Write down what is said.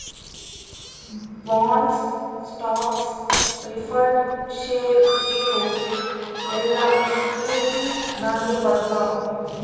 bonds, stocks, preferred share ಇವು ಎಲ್ಲಾ securities ನಾಗೆ ಬರ್ತಾವ್